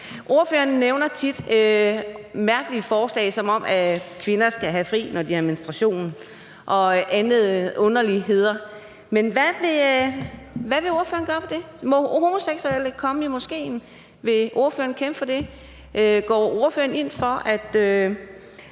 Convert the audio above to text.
Ordføreren nævner tit mærkelige forslag, som f.eks. at kvinder skal have fri, når de har menstruation, og andre underlige ting. Hvad vil ordføreren gøre ved det? Men må homoseksuelle komme i moskéen, vil ordføreren kæmpe